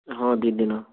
ହଁ ଦୁଇ ଦିନ